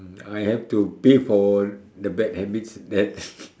I have to pay for the bad habits that